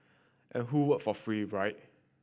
and who work for free right